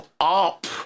up